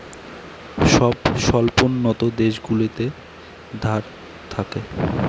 সব স্বল্পোন্নত দেশগুলোতে ধার থাকে